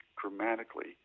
dramatically